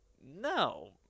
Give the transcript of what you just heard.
no